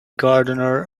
gardener